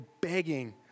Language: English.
begging